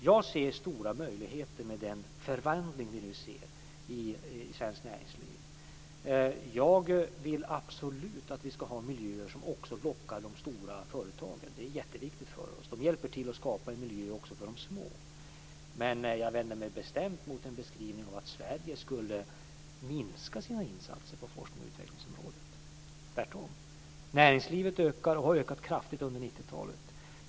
Jag ser stora möjligheter med den förvandling som vi nu ser i svenskt näringsliv. Jag vill absolut att vi ska miljöer som också lockar de stora företagen. Det är jätteviktigt för oss. De hjälper till att skapa en miljö också för de små. Jag vänder mig dock bestämt mot en beskrivning som går ut på att Sverige skulle minska sina insatser på forsknings och utvecklingsområdet. Tvärtom har näringslivet ökat kraftigt under 90-talet.